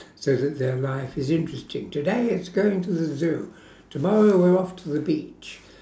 so that their life is interesting today it's going to the zoo tomorrow we're off to the beach